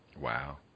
Wow